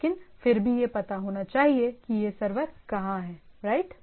लेकिन फिर भी यह पता होना चाहिए कि सर्वर कहां है राइट